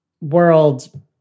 World